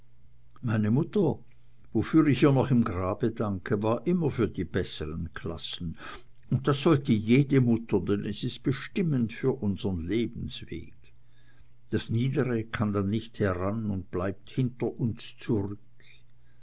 meine mutter wofür ich ihr noch im grabe danke war immer für die besseren klassen und das sollte jede mutter denn es ist bestimmend für unseren lebensweg das niedere kann dann nicht heran und bleibt hinter uns zurück